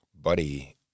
buddy